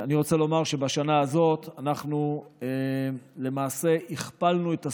אני רוצה לומר שבשנה הזאת אנחנו למעשה הכפלנו את הסכום,